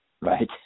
Right